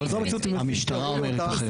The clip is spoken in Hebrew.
אבל זו המציאות כפי שאמרו לי אותה אנשים שהיו שם.